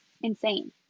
insane